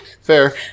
Fair